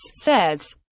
says